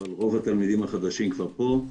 אבל רוב התלמידים החדשים כבר פה.